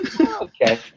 Okay